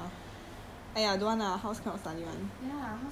can is can but cause got plug also mah